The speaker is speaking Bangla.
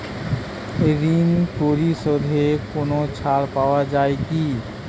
ঋণ পরিশধে কোনো ছাড় পাওয়া যায় কি?